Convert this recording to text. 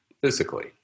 physically